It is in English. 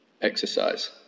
exercise